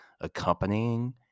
accompanying